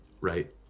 right